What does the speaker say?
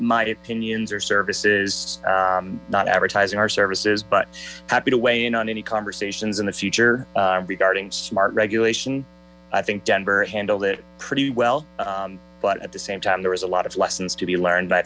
my opinions or services not advertising our services but happy to weigh in on any conversations in the future regarding smart regulation i think denver handled it pretty well but at the same time there was a lot of lessons to be learned